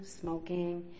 smoking